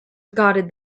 regarded